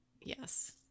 yes